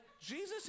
Jesus